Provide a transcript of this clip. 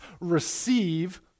receive